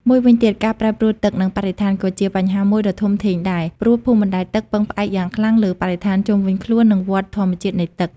មួយវិញទៀត ការប្រែប្រួលទឹក និងបរិស្ថាន ក៏ជាបញ្ហាមួយដ៏ធំផងដែរ ព្រោះភូមិបណ្តែតទឹកពឹងផ្អែកយ៉ាងខ្លាំងលើបរិស្ថានជុំវិញខ្លួន និងវដ្តធម្មជាតិនៃទឹក។